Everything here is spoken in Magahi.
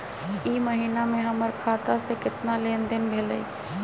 ई महीना में हमर खाता से केतना लेनदेन भेलइ?